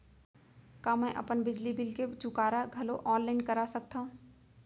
का मैं अपन बिजली बिल के चुकारा घलो ऑनलाइन करा सकथव?